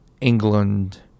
England